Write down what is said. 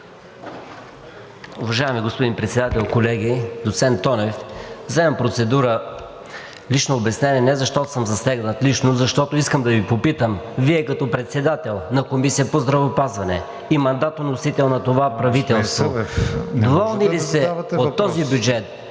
Уважаеми господин Председател, колеги! Доцент Тонев, вземам процедура лично обяснение не защото съм засегнат лично, а защото искам да Ви попитам: Вие като председател на Комисията по здравеопазване и мандатоносител на това правителство… ПРЕДСЕДАТЕЛ КРИСТИАН